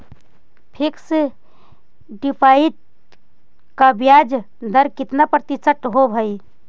Fix deposit का ब्याज दर कितना प्रतिशत होब है?